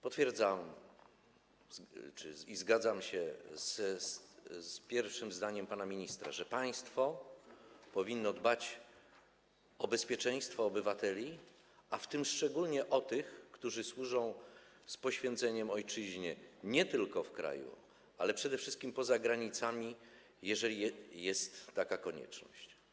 Potwierdzam, zgadzam się z pierwszym zdaniem pana ministra, że państwo powinno dbać o bezpieczeństwo obywateli, w tym szczególnie o tych, którzy służą z poświęceniem ojczyźnie nie tylko w kraju, ale przede wszystkim poza granicami, jeżeli jest taka konieczność.